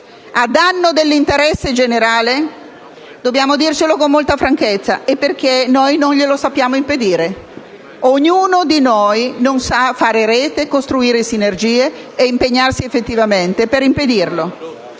a danno dell'interesse generale - dobbiamo dircelo con molta franchezza - è perché noi non glielo sappiamo impedire. Ognuno di noi non sa fare rete, costruire sinergie e impegnarsi effettivamente per impedirlo.